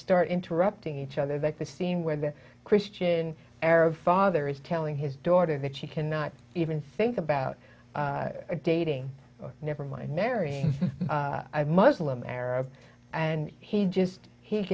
start interrupting each other that the scene where the christian arab father is telling his daughter that she cannot even think about dating nevermind marrying muslim arab and he just he